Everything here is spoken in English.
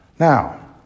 Now